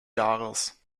jahres